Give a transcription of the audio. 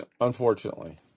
Unfortunately